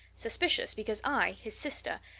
suspicious, because i, his sister,